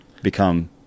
become